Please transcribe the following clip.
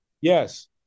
Yes